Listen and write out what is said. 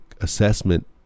assessment